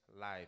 Life